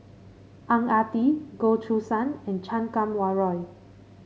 Ang Ah Tee Goh Choo San and Chan Kum Wah Roy